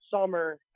summer